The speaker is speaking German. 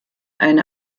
eine